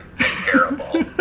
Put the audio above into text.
terrible